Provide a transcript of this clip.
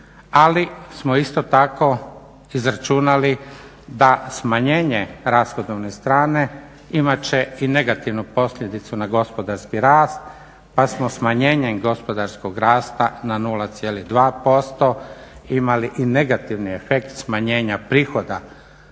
ali smo isto tako izračunali da smanjenje rashodovne strane imat će i negativnu posljedicu na gospodarski rast, pa smo smanjenjem gospodarskog rasta na 0,2% imali i negativni efekt smanjenja prihoda